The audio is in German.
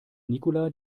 nicola